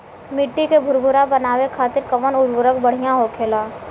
मिट्टी के भूरभूरा बनावे खातिर कवन उर्वरक भड़िया होखेला?